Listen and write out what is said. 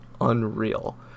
unreal